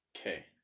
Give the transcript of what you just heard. Okay